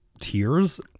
tears